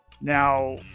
Now